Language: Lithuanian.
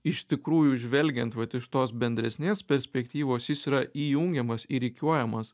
iš tikrųjų žvelgiant vat iš tos bendresnės perspektyvos jis yra įjungiamas įrikiuojamas